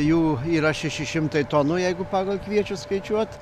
jų yra šeši šimtai tonų jeigu pagal kviečius skaičiuot